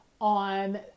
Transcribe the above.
on